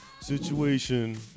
situation